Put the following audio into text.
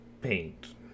paint